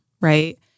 right